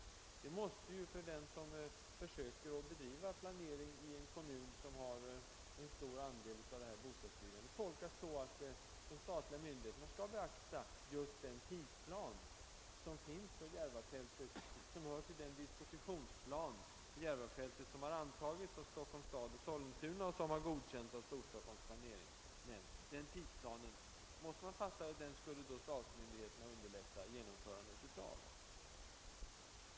Detta måste, av dem som försöker be driva planering i en kommun som har en stor andel av detta bostadsbyggande, tolkas så, att de statliga myndigheerna skall beakta den tidsplan som hör till den dispositionsplan för Järvafältet som har antagits av Stockholms stad och Sollentuna och godkänts av Storstockholms planeringsnämnd. Man måste fatta det så, att statsmyndigheterna skall underlätta genomförandet av denna tidsplan.